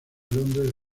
londres